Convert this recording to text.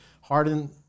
harden